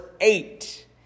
eight